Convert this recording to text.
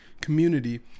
community